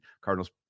Cardinals